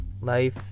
life